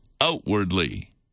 outwardly